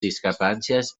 discrepàncies